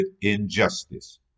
injustice